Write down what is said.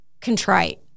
contrite